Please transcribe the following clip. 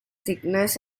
thickness